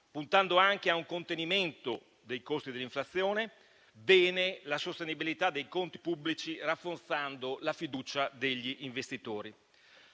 puntando anche a un contenimento dei costi dell'inflazione e alla sostenibilità dei conti pubblici, rafforzando la fiducia degli investitori.